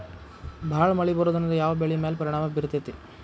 ಭಾಳ ಮಳಿ ಬರೋದ್ರಿಂದ ಯಾವ್ ಬೆಳಿ ಮ್ಯಾಲ್ ಪರಿಣಾಮ ಬಿರತೇತಿ?